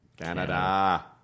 Canada